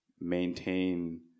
maintain